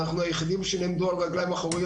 אנחנו היחידים שעמדנו על הרגליים האחוריות